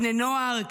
בני נוער,